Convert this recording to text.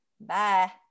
Bye